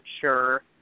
sure